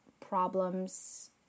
problems